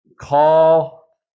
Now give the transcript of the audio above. Call